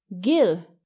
gill